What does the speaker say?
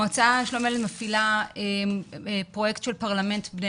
המועצה לשלום הילד מפעילה פרויקט של פרלמנט בני